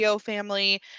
family